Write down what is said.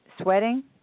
Sweating